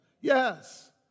yes